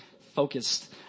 focused